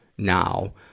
now